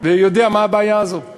יודע מה הבעיה הזאת.